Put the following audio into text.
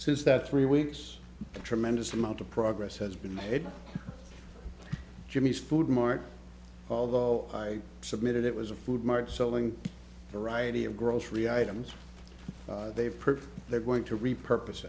since that three weeks a tremendous amount of progress has been made jimmy's food mart although i submitted it was a food mart selling variety of grocery items they've purchased they're going to repurpose